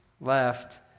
left